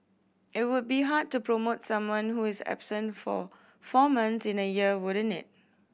it would be hard to promote someone who is absent for four months in a year wouldn't it